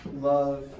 love